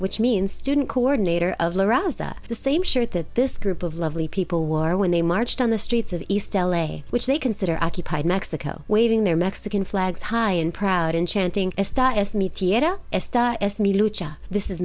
which means student coordinator of la raza the same shirt that this group of lovely people wore when they marched on the streets of east l a which they consider occupied mexico waving their mexican flags high and proud and chanting this is